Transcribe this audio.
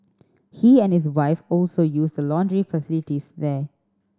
he and his wife also use the laundry facilities there